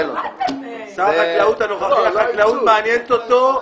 --- שר החקלאות הנוכחי, החקלאות מעניינת אותו,